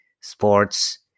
sports